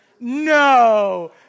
No